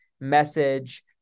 message